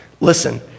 Listen